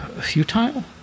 futile